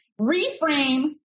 Reframe